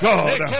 God